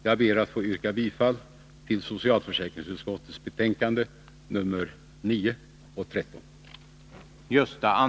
Jag ber att få yrka bifall till hemställan i socialförsäkringsutskottets betänkanden 9 och 13.